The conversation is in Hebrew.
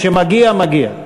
כשמגיע, מגיע.